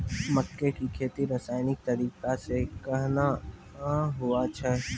मक्के की खेती रसायनिक तरीका से कहना हुआ छ?